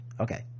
Okay